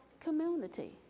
community